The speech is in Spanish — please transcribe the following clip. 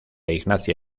ignacia